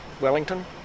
Wellington